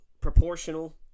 proportional